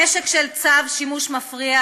הנשק של צו שימוש מפריע,